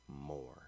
more